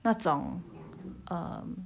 那种 um